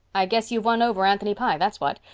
i guess you've won over anthony pye, that's what.